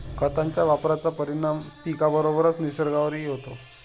खतांच्या वापराचा परिणाम पिकाबरोबरच निसर्गावरही होतो